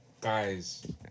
guys